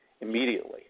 Immediately